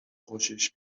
خوشش